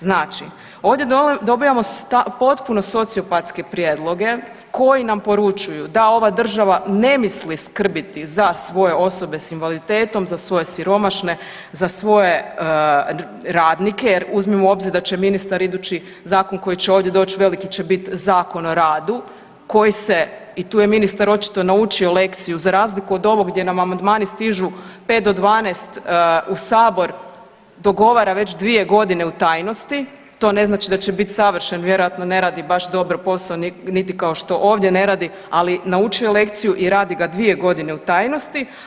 Znači, ovdje dobivamo potpuno sociopatske prijedloge koji nam poručuju da ova država ne misli skrbiti za svoje osobe s invaliditetom, za svoje siromašne, za svoje radnike jer uzmimo u obzir da će ministar idući zakon koji će ovdje doć veliki će biti Zakon o radu koji se i tu je ministar očito naučio lekciju za razliku od ovog gdje nam amandmani stižu pet do dvanaest u sabor dogovara već dvije godine u tajnosti, to ne znači da će bit savršen, vjerojatno ne radi baš dobro posao niti kao što ovdje ne radi, ali naučio je lekciju i radi ga dvije godine u tajnosti.